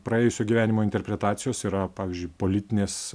praėjusio gyvenimo interpretacijos yra pavyzdžiui politinės